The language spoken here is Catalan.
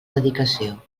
dedicació